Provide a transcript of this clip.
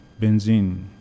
benzene